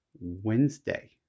Wednesday